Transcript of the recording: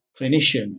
clinician